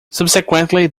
subsequently